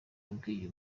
yabwiye